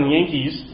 Yankees